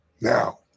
Now